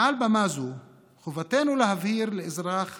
מעל במה זו חובתנו להבהיר לאזרח הערבי,